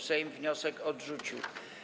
Sejm wniosek odrzucił.